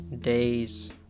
days